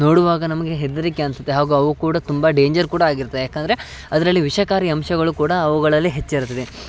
ನೋಡುವಾಗ ನಮಗೆ ಹೆದರಿಕೆ ಅನಿಸುತ್ತೆ ಹಾಗೂ ಅವು ಕೂಡ ತುಂಬ ಡೇಂಜರ್ ಕೂಡ ಆಗಿರುತ್ತೆ ಯಾಕಂದರೆ ಅದರಲ್ಲಿ ವಿಷಕಾರಿ ಅಂಶಗಳು ಕೂಡ ಅವುಗಳಲ್ಲಿ ಹೆಚ್ಚಿರುತ್ತದೆ